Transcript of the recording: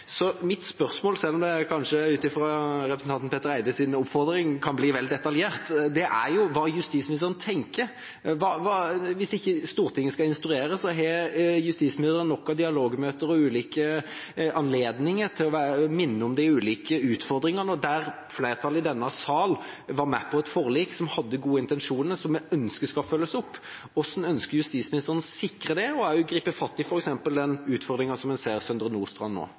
Så mitt spørsmål, selv om det etter representanten Petter Eides oppfordring kan bli vel detaljert, er: Hva tenker justisministeren? Hvis Stortinget ikke skal instruere, har justisministeren nok av dialogmøter og ulike anledninger til å minne om de ulike utfordringene? Flertallet i denne salen har vært med på et forlik som hadde gode intensjoner, og som vi ønsker skal følges opp. Hvordan ønsker justisministeren å sikre det? Og hvordan vil han gripe fatt i f.eks. den utfordringen som vi ser i Søndre Nordstrand nå?